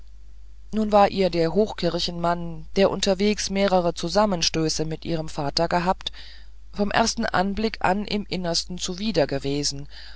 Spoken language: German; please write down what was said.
nun war ihr der hochkirchenmann der unterwegs mehrere zusammenstöße mit ihrem vater gehabt vom ersten anblick an im innersten